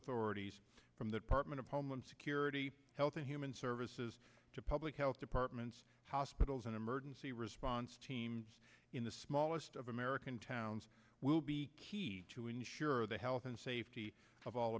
authorities from the department of homeland security health and human services to public health departments hospitals and emergency response teams in the smallest of american towns will be key to ensure the health and safety of all